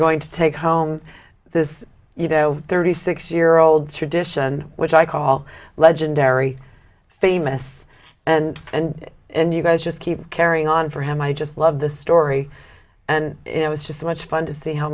going to take home this you know thirty six year old tradition which i call legendary famous and and and you guys just keep carrying on for him i just love the story and it was just so much fun to see how